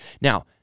Now